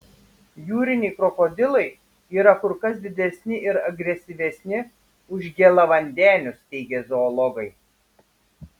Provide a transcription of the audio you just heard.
jūriniai krokodilai yra kur kas didesni ir agresyvesni už gėlavandenius teigia zoologai